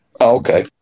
okay